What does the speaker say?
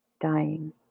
dying